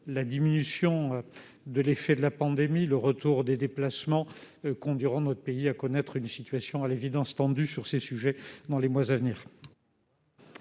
l'atténuation des effets de la pandémie et le retour des déplacements conduiront notre pays à connaître une situation tendue sur ces sujets dans les mois à venir.